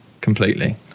completely